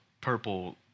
purple